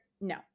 No